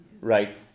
right